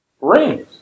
Rings